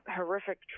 horrific